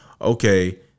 okay